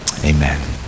amen